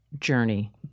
journey